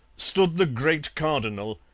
stood the great cardinal,